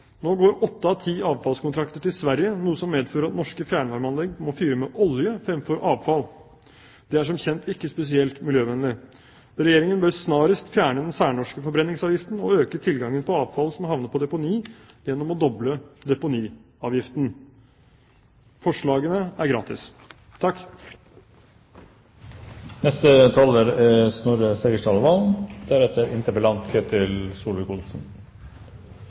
Nå går åtte av ti avfallskontrakter til Sverige, noe som medfører at norske fjernvarmeanlegg må fyre med olje fremfor avfall. Det er som kjent ikke spesielt miljøvennlig. Regjeringen bør snarest fjerne den særnorske forbrenningsavgiften og øke tilgangen på avfall som havner på deponi, gjennom å doble deponiavgiften. Forslagene er gratis. Temaet for forrige interpellasjon gir et eksempel på hvorfor det er